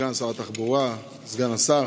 סגן שר התחבורה, סגן השר,